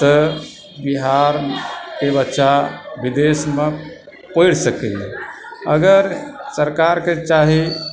तऽ बिहारकेँ बच्चा विदेशमे पढ़ि सकैए अगर सरकारके चाही